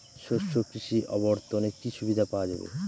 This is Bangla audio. শস্য কৃষি অবর্তনে কি সুবিধা পাওয়া যাবে?